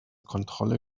kontrolle